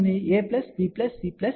A B C D ఇక్కడ ఉంది